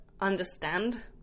understand